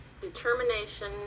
determination